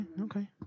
okay